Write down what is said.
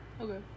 Okay